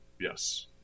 yes